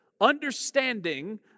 understanding